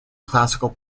classical